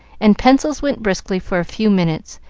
and pencils went briskly for a few minutes,